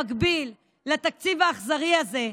במקביל לתקציב האכזרי הזה,